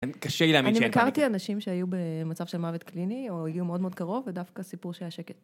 אני הכרתי אנשים שהיו במצב של מוות קליני או איום מאוד מאוד קרוב ודווקא סיפרו שהיה שקט